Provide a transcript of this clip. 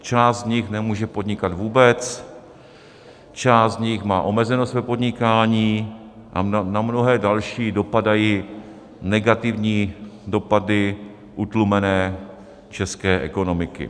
Část z nich nemůže podnikat vůbec, část z nich má omezeno své podnikání a na mnohé další dopadají negativní dopady utlumené české ekonomiky.